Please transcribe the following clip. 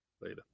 Later